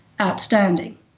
outstanding